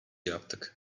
yaptık